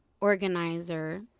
organizer